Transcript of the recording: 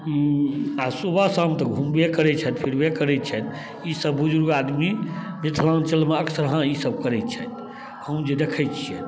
आओर सुबह शाम तऽ घुमबे करै छथिन देखबे करै छिअनि ईसब बुजुर्ग आदमी मिथिलाञ्चलमे अक्सरहाँ ईसब करै छथि हम जे देखे छिअनि